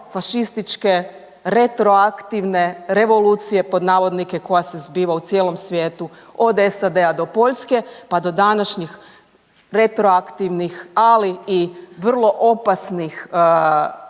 klerofašističke retroaktivne revolucije pod navodnike koja se zbiva u cijelom svijetu od SAD-a do Poljske pa do današnjih retroaktivnih ali i vrlo opasnih